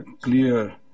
clear